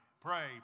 Pray